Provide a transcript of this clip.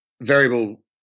variable